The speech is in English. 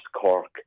Cork